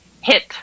hit